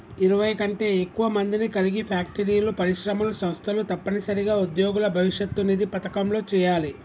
ఇరవై కంటే ఎక్కువ మందిని కలిగి ఫ్యాక్టరీలు పరిశ్రమలు సంస్థలు తప్పనిసరిగా ఉద్యోగుల భవిష్యత్ నిధి పథకంలో చేయాలి